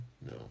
No